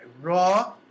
Raw